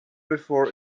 before